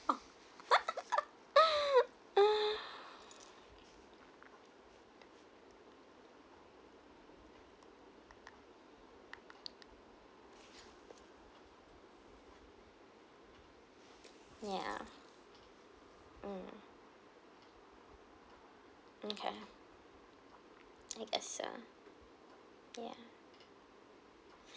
yeah mm okay I guess so yeah